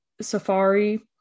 Safari